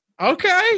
Okay